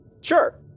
Sure